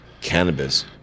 cannabis